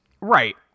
Right